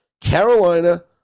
Carolina